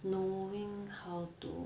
knowing how to